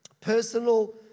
personal